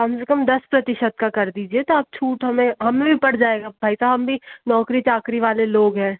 कम से कम दस प्रतिशत का कर दीजिए तो आप छूट हमें हमें भी पड़ जाएगा भाई साहब हम भी नौकरी चाकरी वाले लोग हैं